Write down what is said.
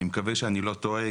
ואני מקווה שאני לא טועה,